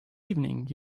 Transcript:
evening